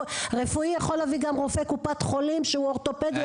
רפואי יכול להביא גם רופא קופת חולים שהוא אורתופד.